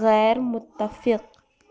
غیر متفق